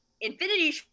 Infinity